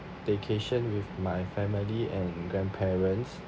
staycation with my family and grandparents